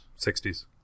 60s